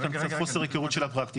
יש כאן קצת חוסר היכרות של הפרקטיקה.